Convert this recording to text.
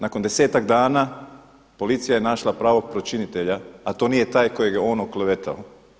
Nakon desetak dana policija je našla pravog počinitelja, a to nije taj kojeg je on oklevetao.